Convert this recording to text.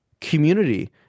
Community